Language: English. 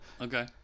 Okay